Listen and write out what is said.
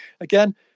Again